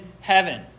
heaven